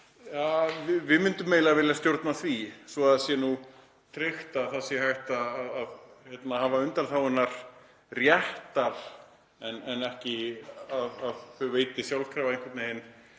— við myndum eiginlega vilja stjórna því svo að það sé nú tryggt að það sé hægt að hafa undanþágurnar réttar en ekki að þær veiti sjálfkrafa einhvern veginn